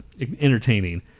entertaining